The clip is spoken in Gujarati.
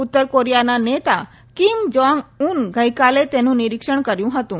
ઉત્તર કોરિયાના નેતા કીમ જોંગ ઉન ગઈકાલે તેનું નિરીક્ષણ કર્યું હતું